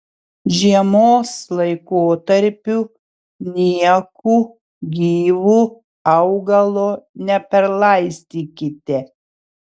žiemos laikotarpiu nieku gyvu augalo neperlaistykite